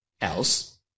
else